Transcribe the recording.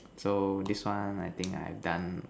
so this one I think I've done